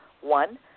one